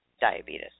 diabetes